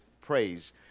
praise